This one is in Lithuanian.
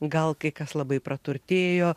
gal kai kas labai praturtėjo